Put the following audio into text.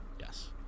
Yes